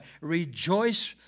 rejoice